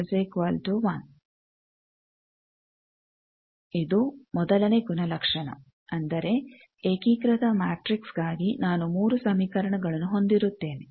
ಇದು ಮೊದಲನೇ ಗುಣಲಕ್ಷಣ ಅಂದರೆ ಏಕೀಕೃತ ಮ್ಯಾಟ್ರಿಕ್ಸ್ಗಾಗಿ ನಾನು ಮೂರು ಸಮೀಕರಣಗಳನ್ನು ಹೊಂದಿರುತ್ತೇನೆ